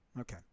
Okay